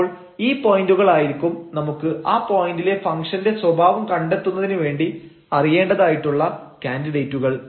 അപ്പോൾ ഈ പോയന്റുകൾ ആയിരിക്കും നമുക്ക് ആ പോയന്റിലെ ഫംഗ്ഷന്റെ സ്വഭാവം കണ്ടെത്തുന്നതിന് വേണ്ടി അറിയേണ്ടതായിട്ടുള്ള കാൻഡിഡേറ്റുകൾ